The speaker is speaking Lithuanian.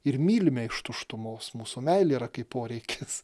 ir mylime iš tuštumos mūsų meilė yra kaip poreikis